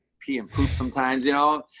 pee and poop sometimes, you know.